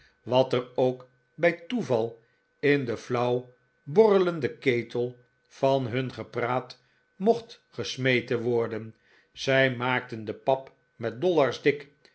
wat er ook bij toeval in den flauw borrelenden ketel van hun gepraat mocht gesmeten worden zij maakten de pap met dollars dik